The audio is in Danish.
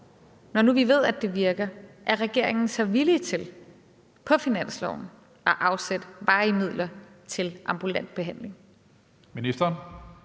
Når nu vi ved, at det virker, er regeringen så villig til på finansloven at afsætte varige midler til ambulant behandling?